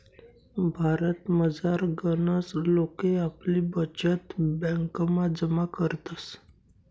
भारतमझार गनच लोके आपली बचत ब्यांकमा जमा करतस